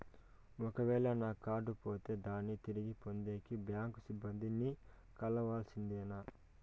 ఒక వేల నా కార్డు పోతే దాన్ని తిరిగి పొందేకి, బ్యాంకు సిబ్బంది ని కలవాల్సిందేనా?